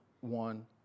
one